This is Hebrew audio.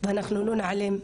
ואנחנו לא נעלם,